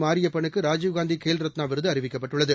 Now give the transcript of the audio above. மாரியப்பனுக்கு ராஜீவ்காந்தி கேல்ரத்னா விருது அறிவிக்கப்பட்டுள்ளது